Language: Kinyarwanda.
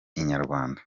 inyarwanda